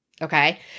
Okay